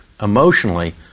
emotionally